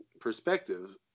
perspective